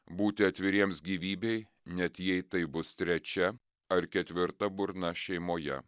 būti atviriems gyvybei net jei tai bus trečia ar ketvirta burna šeimoje